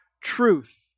truth